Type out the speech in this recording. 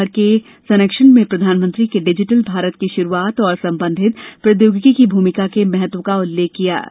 धरोहर के संरक्षण में प्रधानमंत्री के डिजिटल भारत की शुरूआत और संबंधित प्रोद्योगिकी की भूमिका के महत्व का उल्लेख किया